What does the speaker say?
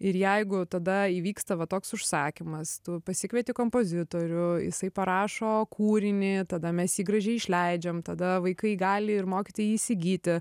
ir jeigu tada įvyksta va toks užsakymas tu pasikvieti kompozitorių jisai parašo kūrinį tada mes jį gražiai išleidžiam tada vaikai gali ir mokytai įsigyti